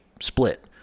split